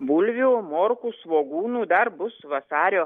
bulvių morkų svogūnų dar bus vasario